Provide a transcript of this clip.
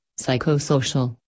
psychosocial